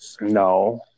No